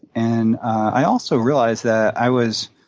and i also realized that i was,